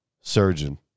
Surgeon